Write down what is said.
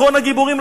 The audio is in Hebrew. אחרון הגיבורים,